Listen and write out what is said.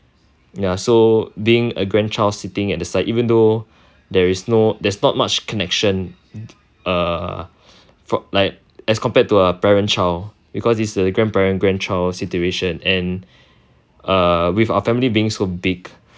ya so being a grandchild sitting at the side even though there's no there's not much connection uh fr~ like as compared to a parent child because this is a grandparent grandchild situation and uh with our family being so big